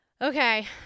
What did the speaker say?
Okay